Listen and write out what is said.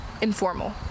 informal